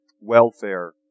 Welfare